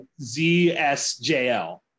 ZSJL